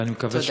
ואני מקווה,